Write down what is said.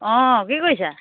অঁ কি কৰিছা